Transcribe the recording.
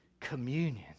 communion